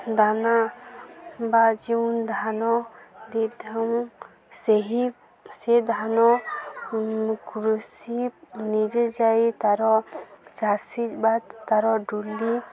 ଦାନା ବା ଯେଉଁ ଧାନ ଦେଇଥାଉ ସେହି ସେ ଧାନ କୃଷି ନିଜେ ଯାଇ ତାର ଚାଷୀ ବା ତାର